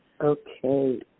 Okay